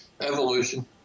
Evolution